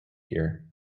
here